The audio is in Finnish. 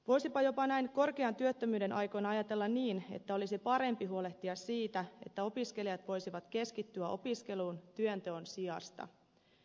voisipa jopa näin korkean työttömyyden aikoina ajatella niin että olisi parempi huolehtia siitä että opiskelijat voisivat keskittyä opiskeluun työnteon sijasta